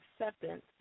acceptance